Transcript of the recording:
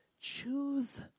Choose